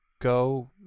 go